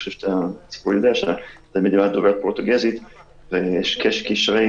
זו מדינה דוברת פורטוגזית ויש קשרי